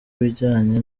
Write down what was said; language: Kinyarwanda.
ibijyanye